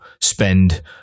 spend